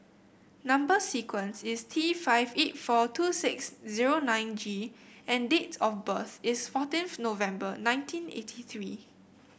number sequence is T five eight four two six zero nine G and date of birth is fourteenth November nineteen eighty three